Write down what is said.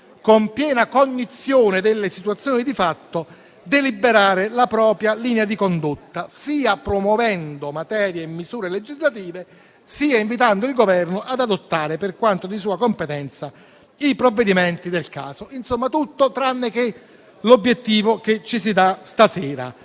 con piena cognizione delle situazioni di fatto, deliberare la propria linea di condotta, sia promuovendo misure legislative, sia invitando il Governo ad adottare, per quanto di sua competenza, i provvedimenti del caso»; di tale delicato e necessario